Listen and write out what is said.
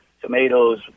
tomatoes